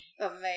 Amazing